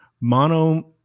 mono